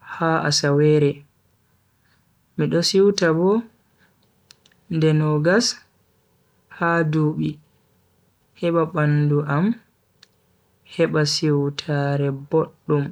ha asawere. Mi do suita bo nde nogas ha dubi heba bandu am heba siwtaare boddum.